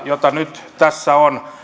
jota nyt tässä on